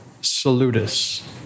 Salutis